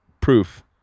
proof